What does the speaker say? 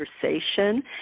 conversation